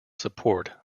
support